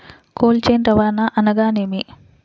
Cold chain రవాణా అనగా నేమి?